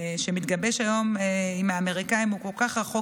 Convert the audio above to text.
שמתגבש היום עם האמריקאים הוא כל כך רחוק